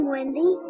Wendy